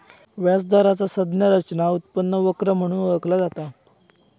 व्याज दराचा संज्ञा रचना उत्पन्न वक्र म्हणून ओळखला जाता